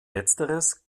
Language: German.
letzteres